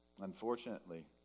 Unfortunately